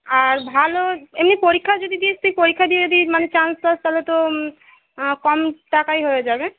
আর ভালো এমনি পরীক্ষা যদি দিস তুই পরীক্ষা দিয়ে যদি মানে চান্স পাস তালে তো কম টাকায় হয়ে যাবে